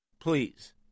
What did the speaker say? please